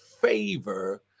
favor